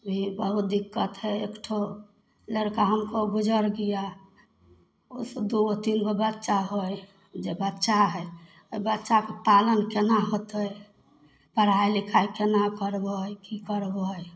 ई बहुत दिक्कत हइ एगो लड़का हमर गुजरि गेल हइ ओ तऽ दूगो तीन गो बच्चा हइ जे बच्चा हइ तऽ बच्चाके पालन केना होतै पढ़ाइ लिखाइ केना करबै की करबै